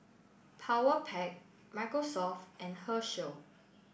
Powerpac Microsoft and Herschel